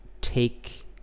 take